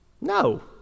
No